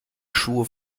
schuhe